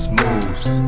moves